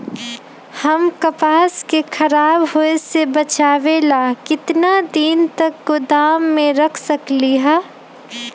हम कपास के खराब होए से बचाबे ला कितना दिन तक गोदाम में रख सकली ह?